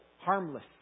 harmless